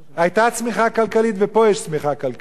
היתה צמיחה כלכלית, ופה יש צמיחה כלכלית.